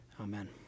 Amen